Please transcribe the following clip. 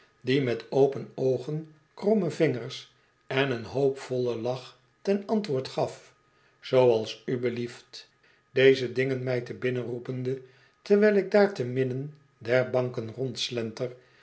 die met open oogen kromme vingers en een hoopvollen lach ten antwoord gaf zooals u belieft deze dingen mij te binnen roepende terwijl ik daar te midden der banken